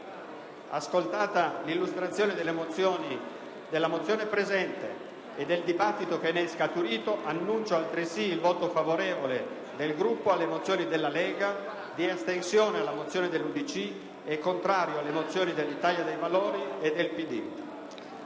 Ascoltata l'illustrazione della mozione del mio Gruppo e tenuto conto del dibattito che ne è scaturito, annuncio altresì il voto favorevole del Gruppo alla mozione della Lega, di astensione alla mozione dell'UDC e contrario alle mozioni dell'Italia dei Valori e del PD.